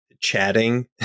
chatting